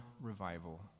revival